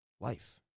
life